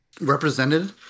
represented